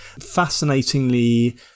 Fascinatingly